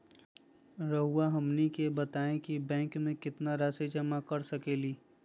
रहुआ हमनी के बताएं कि बैंक में कितना रासि जमा कर सके ली?